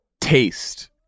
taste